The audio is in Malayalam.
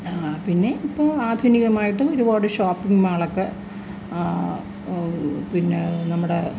പിന്നെ ഇപ്പോള് ആധുനികമായിട്ടും ഒരുപാട് ഷോപ്പിംഗ് മാളൊക്കെ പിന്നെ നമ്മുടെ